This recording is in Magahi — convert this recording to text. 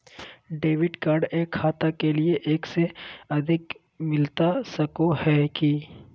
डेबिट कार्ड एक खाता के लिए एक से अधिक मिलता सको है की?